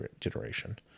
generation